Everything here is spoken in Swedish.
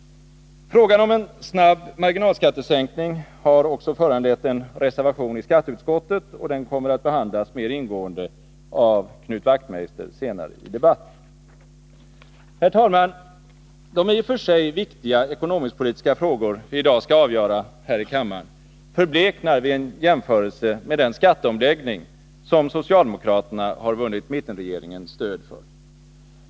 Frågan om en snabb marginalskattesänkning har också föranlett en reservation i skatteutskottet, och den kommer att behandlas mer ingående av Knut Wachtmeister senare i debatten. Herr talman! De i och för sig viktiga ekonomisk-politiska frågor vi i dag skall avgöra här i kammaren förbleknar vid en jämförelse med den skatteomläggning som socialdemokraterna har vunnit mittenregeringens stöd för.